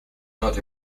not